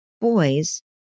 Boys